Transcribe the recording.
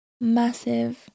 massive